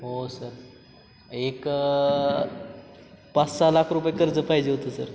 हो सर एक पाच सहा लाख रुपये कर्ज पाहिजे होतं सर